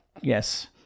yes